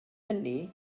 hynny